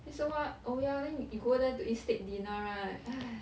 eh so wh~ oh ya then you go there to eat steak dinner right ai~